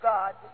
God